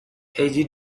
hey